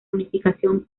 unificación